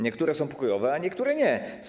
Niektóre są pokojowe, a niektóre nie.